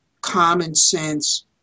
common-sense